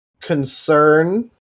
concern